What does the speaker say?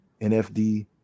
NFD